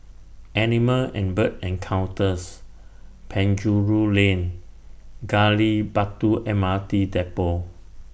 Animal and Bird Encounters Penjuru Lane Gali Batu M R T Depot